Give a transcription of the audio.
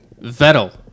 Vettel